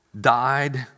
died